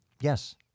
Yes